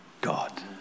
God